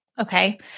Okay